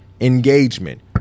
engagement